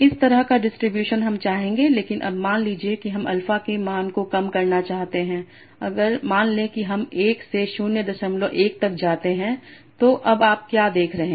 इस तरह का डिस्ट्रीब्यूशन हम चाहेंगे लेकिन अब मान लीजिए कि हम अल्फा के मान को कम करना चाहते हैं अगर मान लें कि हम 1 से 01 तक जाते हैं तो अब आप क्या देख रहे हैं